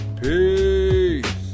Peace